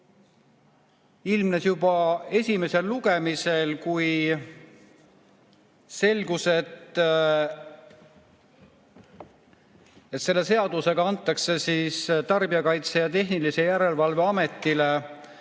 ilmnes juba esimesel lugemisel, kui selgus, et selle seadusega antakse Tarbijakaitse ja Tehnilise Järelevalve Ametile,